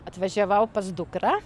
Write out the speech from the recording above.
atvažiavau pas dukrą